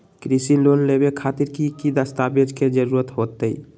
कृषि लोन लेबे खातिर की की दस्तावेज के जरूरत होतई?